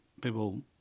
people